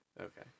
Okay